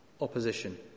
opposition